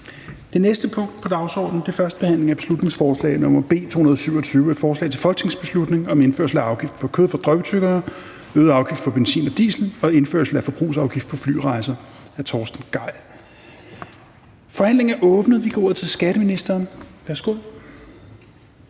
Det næste punkt på dagsordenen er: 9) 1. behandling af beslutningsforslag nr. B 227: Forslag til folketingsbeslutning om indførsel af afgift på kød fra drøvtyggere, øget afgift på benzin og diesel og indførsel af forbrugsafgift på flyrejser. Af Torsten Gejl (ALT). (Fremsættelse 09.03.2021).